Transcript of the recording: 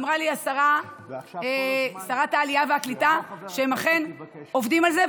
אמרה לי שרת העלייה והקליטה שהם אכן עובדים על זה,